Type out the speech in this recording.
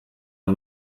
man